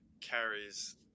carries